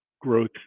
growth